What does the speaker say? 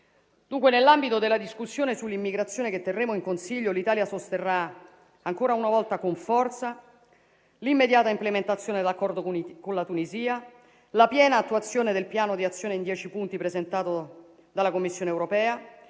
Nell'ambito della discussione sull'immigrazione che terremo nel Consiglio l'Italia sosterrà ancora una volta con forza l'immediata implementazione dell'accordo con la Tunisia, la piena attuazione del piano di azione in dieci punti presentato dalla Commissione europea,